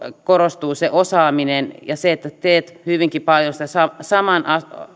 korostuu se osaaminen ja se että teet hyvinkin paljon niitä saman